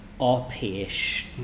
RP-ish